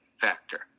factor